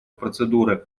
процедуры